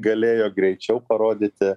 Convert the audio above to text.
galėjo greičiau parodyti